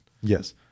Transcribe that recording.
Yes